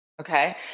Okay